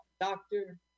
doctor